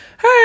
Hey